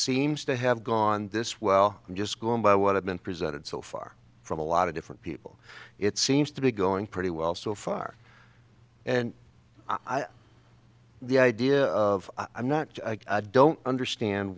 seems to have gone this well i'm just going by what i've been presented so far from a lot of different people it seems to be going pretty well so far and i think the idea of i'm not don't understand